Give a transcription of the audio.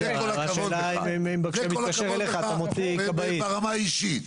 כל הכבוד לך ברמה האישית.